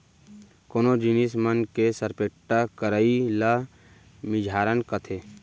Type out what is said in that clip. कोनो जिनिस मन के सरपेट्टा करई ल मिझारन कथें